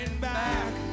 back